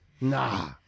Nah